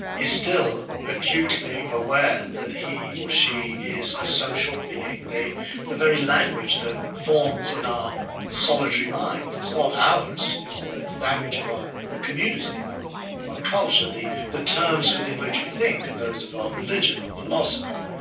is still acutely aware that he or she is a social being. the very language that forms in our solitary mind is not ours, it's the language of our community, of um of our culture. the the terms within which we think are those of our religion, our philosophy.